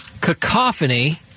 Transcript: Cacophony